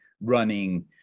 running